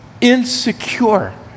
insecure